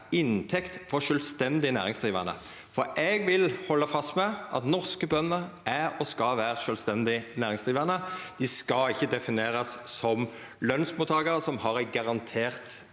inntekt for sjølvstendig næringsdrivande. Eg vil halda fast ved at norske bønder er og skal vera sjølvstendig næringsdrivande, dei skal ikkje definerast som lønsmottakarar som har ei garantert